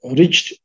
reached